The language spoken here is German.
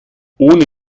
ohne